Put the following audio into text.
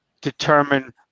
determine